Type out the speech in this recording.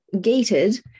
gated